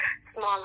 smaller